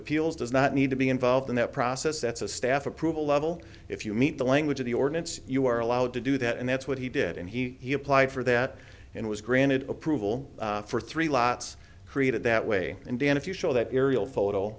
appeals does not need to be involved in that process that's a staff approval level if you meet the language of the ordinance you are allowed to do that and that's what he did and he applied for that and was granted approval for three lots created that way and dan if you show that aerial photo